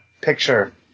picture